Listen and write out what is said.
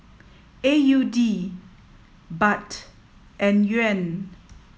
A U D Baht and Yuan